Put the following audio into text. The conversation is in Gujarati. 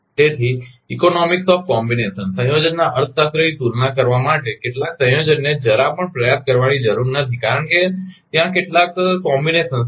તેથી સંયોજનના અર્થશાસ્ત્રની તુલના કરવા માટે કેટલાક સંયોજનને જરા પણ પ્રયાસ કરવાની જરૂર નથી કારણ કે ત્યાં કેટલાક સંયોજનો છે